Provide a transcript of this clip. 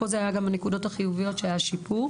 פה זה היה גם הנקודות החיוביות שהיה בהן שיפור.